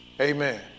Amen